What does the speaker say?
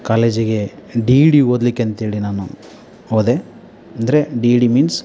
ಕಾಲೇಜಿಗೆ D Ed ಓದಲಿಕ್ಕೆ ಅಂತೇಳಿ ನಾನು ಹೋದೆ ಅಂದರೆ ಡಿ ಇಡಿ ಮೀನ್ಸ್